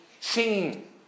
singing